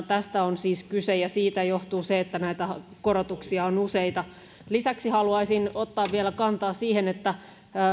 tästä on siis kyse ja siitä johtuu se että näitä korotuksia on useita lisäksi haluaisin ottaa vielä kantaa siihen että